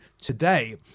today